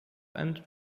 and